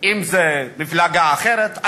ואם זה מפלגה אחרת.